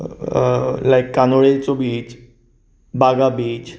लायक कानोळेचो beach Baga beach